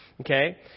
Okay